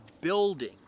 building